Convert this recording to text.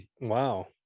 Wow